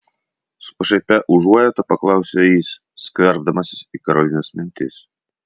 su pašaipia užuojauta paklausė jis skverbdamasis į karolinos mintis